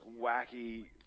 wacky